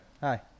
Hi